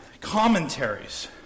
commentaries